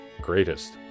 greatest